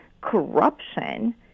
corruption